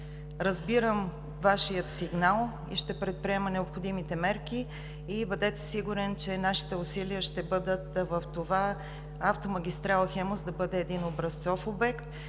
разбирам Вашия сигнал и ще предприема необходимите мерки. Бъдете сигурен, че нашите усилия ще бъдат в това автомагистрала „Хемус“ да бъде един образцов обект,